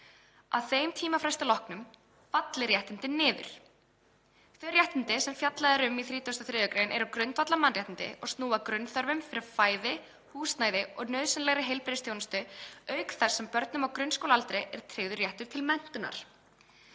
Að þeim tímafresti loknum falli réttindin niður. Þau réttindi sem fjallað er um í 33. gr. eru grundvallarmannréttindi og snúa að grunnþörfum fyrir fæði, húsnæði og nauðsynlegri heilbrigðisþjónustu auk þess sem börnum á grunnskólaaldri er tryggður réttur til menntunar.